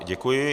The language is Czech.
Děkuji.